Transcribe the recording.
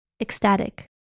ecstatic